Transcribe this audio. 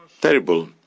terrible